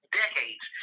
decades